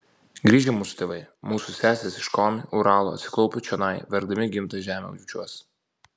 grįžę mūsų tėvai mūsų sesės iš komi uralo atsiklaupę čionai verkdami gimtą žemę bučiuos